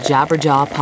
Jabberjaw